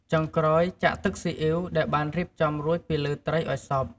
ចុងក្រោយ ចាក់ ទឹកស៊ីអុីវ ដែលបានរៀបចំរួចពីលើត្រីឲ្យសព្វ។